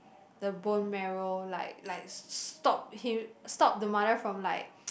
the bone marrow like like stop him stop the mother from like